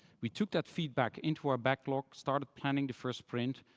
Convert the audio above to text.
we took that feedback into our backlog, started planning the first print,